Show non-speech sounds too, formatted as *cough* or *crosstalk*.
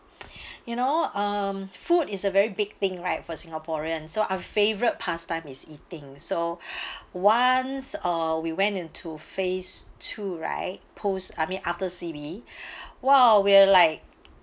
*breath* you know um food is a very big thing right for singaporean so our favourite pastime is eating so *breath* once uh we went into phase two right post I mean after C_B *breath* !wow! we're like